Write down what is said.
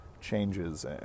changes